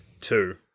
Two